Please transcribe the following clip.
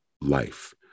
life